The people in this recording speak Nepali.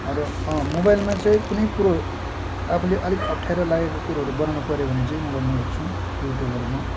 अरू मोबाइलमा चाहिँ कुनै कुरो आफूले अलिक अप्ठ्यारो लागेको कुरोहरू बनाउनुपर्यो भने चाहिँ मोबाइलमा हेर्छौँ युट्युबहरूमा